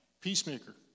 Peacemaker